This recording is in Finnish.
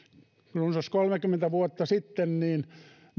runsas kolmekymmentä vuotta sitten ja